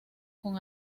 con